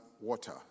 water